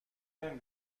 وقتی